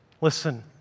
Listen